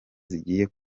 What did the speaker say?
zigiye